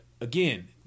again